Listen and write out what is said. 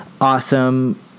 awesome